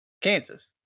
Kansas